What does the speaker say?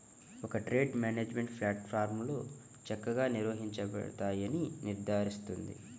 ఒక trade management ప్లాట్ఫారమ్లో చక్కగా నిర్వహించబడతాయని నిర్ధారిస్తుంది